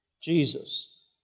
Jesus